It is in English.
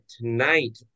tonight